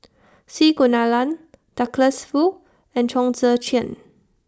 C Kunalan Douglas Foo and Chong Tze Chien